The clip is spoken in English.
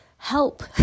Help